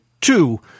two